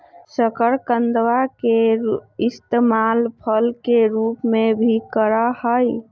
शकरकंदवा के इस्तेमाल फल के रूप में भी करा हई